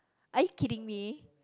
are you kidding me